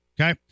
Okay